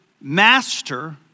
master